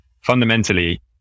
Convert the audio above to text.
fundamentally